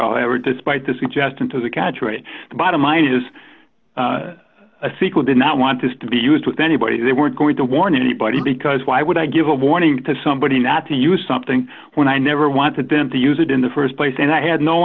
would despite the suggestion to the catch to it the bottom line is a sequel did not want this to be used with anybody they weren't going to warn anybody because why would i give a warning to somebody not to use something when i never wanted them to use it in the st place and i had no